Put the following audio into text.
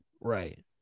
Right